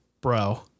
bro